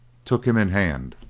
took him in hand,